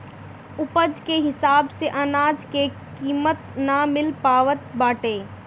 उपज के हिसाब से अनाज के कीमत ना मिल पावत बाटे